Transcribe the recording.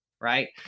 Right